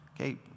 Okay